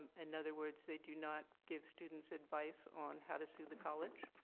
and other words they do not give students advice on how to sue the college.